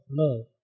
love